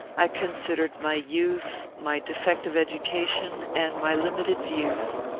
i considered my youth, my defective education, and my limited views.